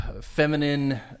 feminine